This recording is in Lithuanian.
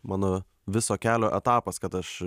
mano viso kelio etapas kad aš